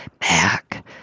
back